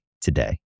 today